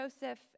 Joseph